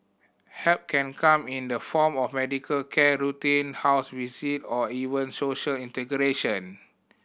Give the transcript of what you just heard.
help can come in the form of medical care routine house receive or even social integration